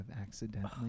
accidentally